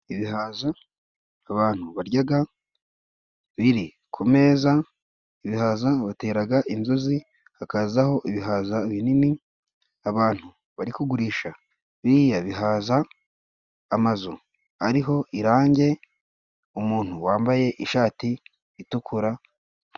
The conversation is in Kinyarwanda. Ibihaza abantu baryaga biri ku meza, ibihaza bateraga inzuzi hakazaho ibihaza binini, abantu bari kugurisha biriya bihaza, amazu ariho irange umuntu wambaye ishati itukura.